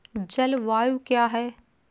जलवायु क्या है?